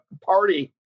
party